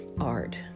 art